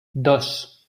dos